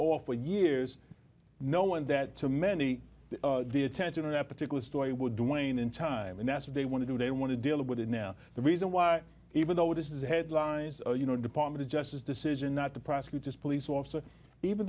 off for years no one that to many the attention of that particular story would wane in time and that's what they want to do they want to deal with it now the reason why even though this is a headline is you know the department of justice decision not to prosecute this police officer even